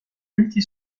multi